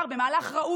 בעד רם בן ברק,